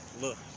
Look